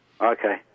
Okay